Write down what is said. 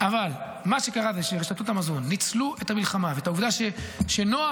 אבל מה שקרה הוא שרשתות המזון ניצלו את המלחמה ואת העובדה שנוח,